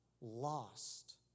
Lost